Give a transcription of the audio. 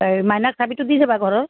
অঁ মাইনাক চাবিটো দি যাবা ঘৰত